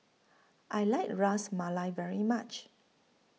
I like Ras Malai very much